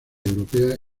europeas